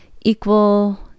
Equal